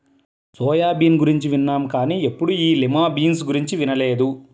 soya bean గురించి విన్నాం కానీ ఎప్పుడూ ఈ లిమా బీన్స్ గురించి వినలేదు